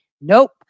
Nope